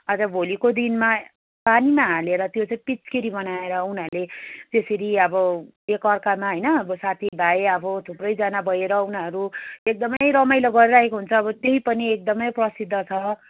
अन्त भोलिको दिनमा पानीमा हालेर त्यो चाहिँ पिच्कारी बनाएर उनीहरूले त्यसरी अब एकअर्कामा अब होइन साथी भाइ अब थुप्रैजना भएर उनीहरू एकदम रमाइलो गरिरहेको हुन्छ अब त्यही पनि एकदम प्रसिद्ध छ